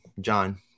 John